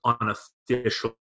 unofficial